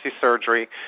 surgery